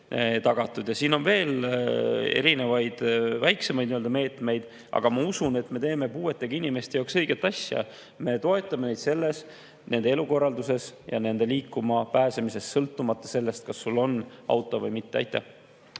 Siin on veel erinevaid väiksemaid meetmeid. Aga ma usun, et me teeme puuetega inimeste jaoks õiget asja. Me toetame neid nende elukorralduses, aitame neil liikuma pääseda, sõltumata sellest, kas neil on auto või mitte.